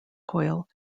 coil